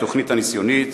התוכנית הניסיונית),